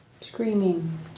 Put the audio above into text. Screaming